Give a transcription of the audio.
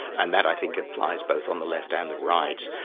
and that i think applies both on the left and the right.